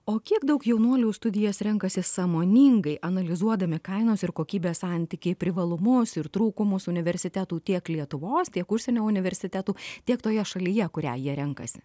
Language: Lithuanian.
o kiek daug jaunuolių studijas renkasi sąmoningai analizuodami kainos ir kokybės santykį privalumus ir trūkumus universitetų tiek lietuvos tiek užsienio universitetų tiek toje šalyje kurią jie renkasi